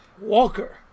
Walker